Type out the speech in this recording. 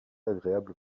agréable